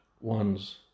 ones